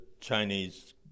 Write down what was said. Chinese